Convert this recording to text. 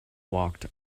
walked